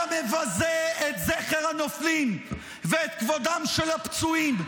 אתה מבזה את זכר הנופלים ואת כבודם של הפצועים.